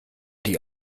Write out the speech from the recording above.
die